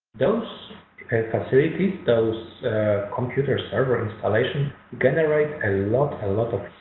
those facilities those computer server installation generate a lot a lot of